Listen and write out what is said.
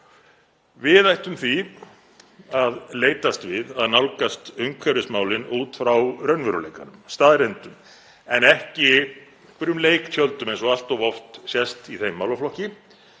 Við ættum því að leitast við að nálgast umhverfismálin út frá raunveruleikanum, staðreyndum, en ekki einhverjum leiktjöldum eins og allt of oft sést í þeim málaflokki.